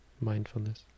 mindfulness